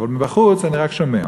אבל מבחוץ אני רק שומע.